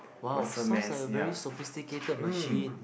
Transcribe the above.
!wow! sounds like a very sophisticated machine